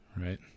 Right